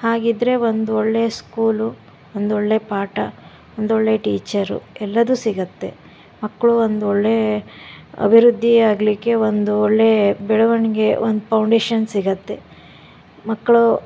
ಹಾಗಿದ್ರೆ ಒಂದೊಳ್ಳೆಯ ಸ್ಕೂಲು ಒಂದೊಳ್ಳೆ ಪಾಠ ಒಂದೊಳ್ಳೆ ಟೀಚರು ಎಲ್ಲದು ಸಿಗುತ್ತೆ ಮಕ್ಕಳು ಒಂದೊಳ್ಳೆ ಅಭಿವೃದ್ದಿಯಾಗ್ಲಿಕ್ಕೆ ಒಂದು ಒಳ್ಳೆ ಬೆಳವಣಿಗೆ ಒಂದು ಪೌಂಡೇಶನ್ ಸಿಗುತ್ತೆ ಮಕ್ಕಳು